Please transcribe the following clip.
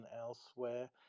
elsewhere